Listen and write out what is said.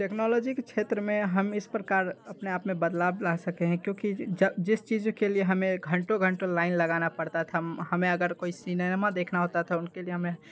technology के क्षेत्र में हम इस प्रकार अपने आप में बदलाव ला सकते हैं क्योंकि जिस चीज़ों के लिए हमें घंटों घंटों लाइन लगाना पड़ता था हम हमें अगर कोई सिनेमा देखना होता था उनके लिए हमें